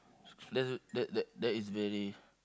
s~ that that that that is very